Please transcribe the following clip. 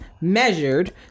measured